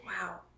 Wow